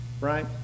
Right